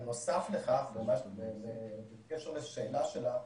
בנוסף לכך, בקשר לשאלה שלך,